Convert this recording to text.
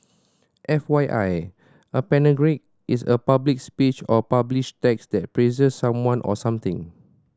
F Y I a panegyric is a public speech or published text that praises someone or something